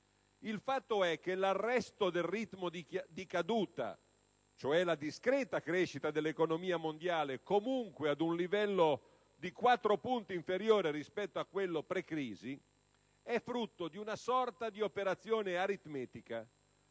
Il fatto è che l'arresto del ritmo di caduta, cioè la discreta crescita dell'economia mondiale, comunque ad un livello di quattro punti inferiore rispetto a quello pre-crisi, è frutto di una sorta di operazione aritmetica: